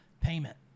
payment